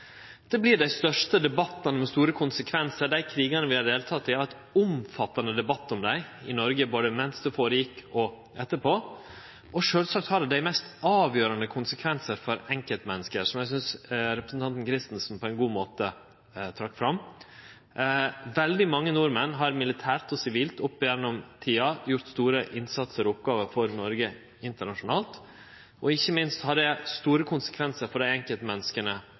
Det vert dei største debattane om store konsekvensar. Dei krigane vi har delteke i, har vi hatt omfattande debattar om i Noreg – både medan dei gjekk føre seg og etterpå. Og sjølvsagt har det dei mest avgjerande konsekvensane for enkeltmenneske, som eg synest representanten Christensen på ein god måte trakk fram. Veldig mange nordmenn har opp gjennom tida, militært og sivilt, gjort ein stor innsats og hatt store oppgåver for Noreg internasjonalt. Ikkje minst har det store konsekvensar for dei